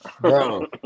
bro